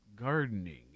gardening